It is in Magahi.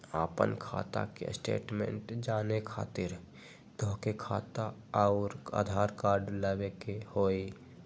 आपन खाता के स्टेटमेंट जाने खातिर तोहके खाता अऊर आधार कार्ड लबे के होइ?